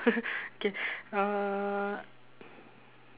K uh